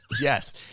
Yes